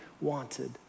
wanted